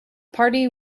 party